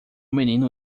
menino